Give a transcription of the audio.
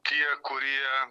tie kurie